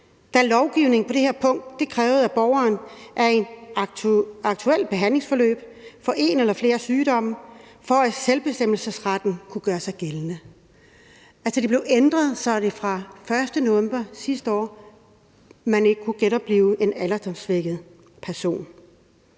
da lovgivningen på det her punkt kræver, at borgeren er i et aktuelt behandlingsforløb for en eller flere sygdomme, for at selvbestemmelsesretten kan gøre sig gældende. Det blev altså ændret, så man fra den 1. november sidste år ikke kan undlade at genoplive en alderdomssvækket person.